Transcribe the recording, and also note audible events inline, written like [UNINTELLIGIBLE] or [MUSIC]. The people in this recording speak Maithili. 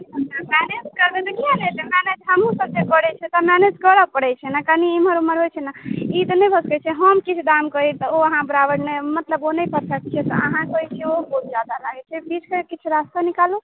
मैनेज करयमे कियै ने एतै मैनेज हमहीसभ तऽ करैत छियै मैनेज करय पड़ैत छै ने कनी एम्हर ओम्हर होइत छै ने ई तऽ नहि होइत छै से हम किछु दाम कही तऽ ओ अहाँ बराबरमे मतलब ओ नहि करितथि तऽ अहाँके [UNINTELLIGIBLE] बीचके किछु रास्ता निकालू